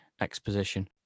exposition